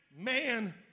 man